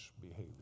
behavior